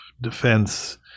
Defense